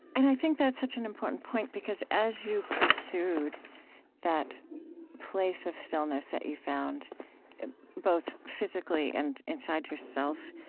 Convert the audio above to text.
and i think that's such an important point because as you pursued that place of stillness that you found both physically and inside yourself,